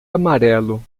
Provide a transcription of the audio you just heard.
amarelo